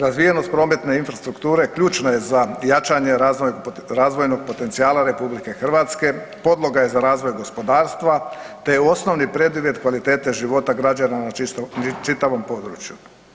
Razvijenost prometne infrastrukture ključna je za jačanje razvojnog potencijala RH, podloga je za razvoj gospodarstva te je osnovni preduvjet kvalitete života građana na čitavom području.